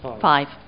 five